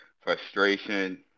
frustration